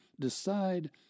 decide